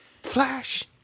Flash